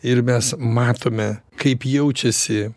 ir mes matome kaip jaučiasi